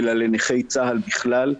אלא לנכי צה"ל בכלל.